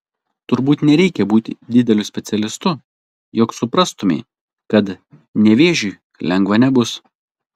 turbūt nereikia būti dideliu specialistu jog suprastumei kad nevėžiui lengva nebus